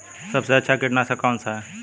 सबसे अच्छा कीटनाशक कौन सा है?